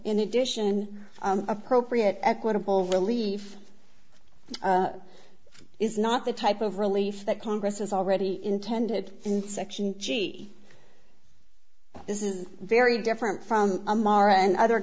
in addition appropriate equitable relief is not the type of relief that congress has already intended in section g this is very different from m r and other